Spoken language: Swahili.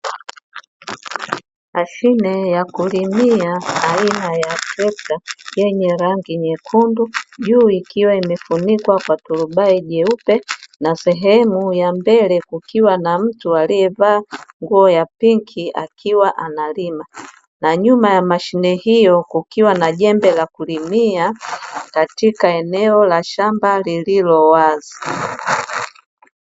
Mashine ya kulimia aina ya trekta, yenye rangi nyekundu, juu ikiwa imefunikwa kwa turubai jeupe, na sehemu ya mbele kuna mtu aliyevaa nguo ya pinki, akiwa analima, na nyuma ya mashine hiyo kukiwa na jembe la kulimia katika eneo la shamba lililo wazi.